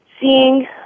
seeing